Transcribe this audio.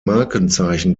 markenzeichen